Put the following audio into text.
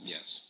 Yes